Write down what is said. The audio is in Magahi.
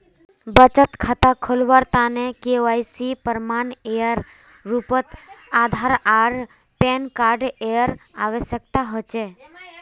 बचत खता खोलावार तने के.वाइ.सी प्रमाण एर रूपोत आधार आर पैन कार्ड एर आवश्यकता होचे